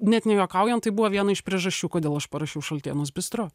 net nejuokaujant tai buvo viena iš priežasčių kodėl aš parašiau šaltienos bistro